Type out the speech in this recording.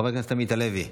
חבר הכנסת עמית הלוי,